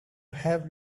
have